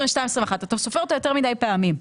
2022,2021. אתה סופר אותה יותר מדי פעמים.